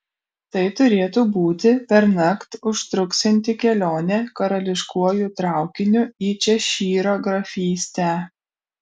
tai turėtų būti pernakt užtruksianti kelionė karališkuoju traukiniu į češyro grafystę